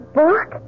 book